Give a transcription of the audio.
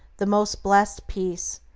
the most blessed peace,